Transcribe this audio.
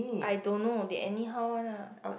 I don't know they anyhow one lah